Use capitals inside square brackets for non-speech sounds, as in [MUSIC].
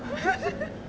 [LAUGHS]